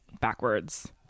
backwards